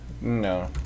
No